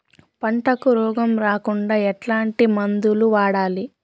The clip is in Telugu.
పంటకు రోగం రాకుండా ఎట్లాంటి మందులు వాడాలి?